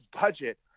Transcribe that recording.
budget